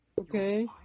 Okay